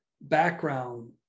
background